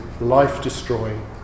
life-destroying